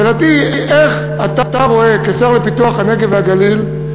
שאלתי היא, איך אתה רואה, כשר לפיתוח הנגב והגליל,